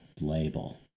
label